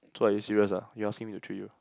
so are you serious ah you asking me to treat you